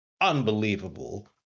unbelievable